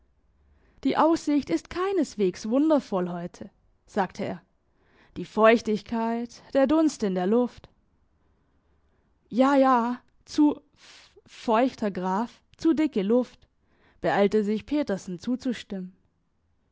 die aussicht ist keineswegs wundervoll heute sagte er die feuchtigkeit der dunst in der luft ja ja zu f feucht herr graf zu dicke luft beeilte sich petersen zuzustimmen